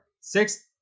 Six